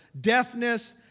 deafness